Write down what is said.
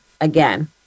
again